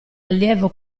allievo